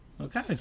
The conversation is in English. Okay